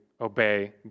obey